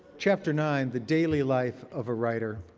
chapter nine, the daily life of a writer.